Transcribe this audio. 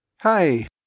Hi